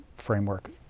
framework